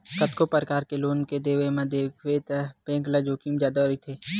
कतको परकार के लोन के देवई म देखबे त बेंक ल जोखिम जादा रहिथे